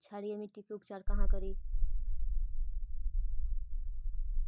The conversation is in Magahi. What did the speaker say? क्षारीय मिट्टी के उपचार कहा करी?